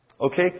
Okay